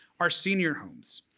our senior homes,